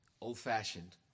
old-fashioned